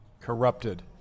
Corrupted